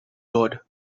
god